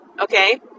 okay